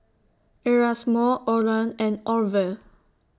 Erasmo Oran and Orville